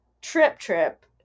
trip-trip